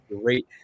great